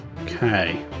Okay